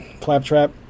Claptrap